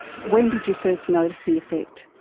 when did you first notice the effect?